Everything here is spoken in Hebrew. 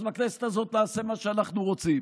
אז בכנסת האת נעשה מה שאנחנו רוצים.